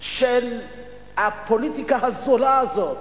של הפוליטיקה הזולה הזאת.